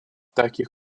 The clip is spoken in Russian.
таких